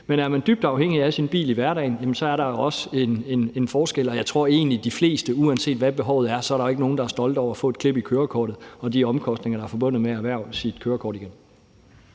men er man dybt afhængig af sin bil i hverdagen, er der jo også en forskel, og jeg tror egentlig, at uanset hvad behovet er, er der jo ikke nogen, der er stolte af at få klip i kørekortet og have de omkostninger, der er forbundet med at erhverve sit kørekort igen.